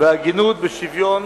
בהגינות ובשוויון